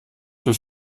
für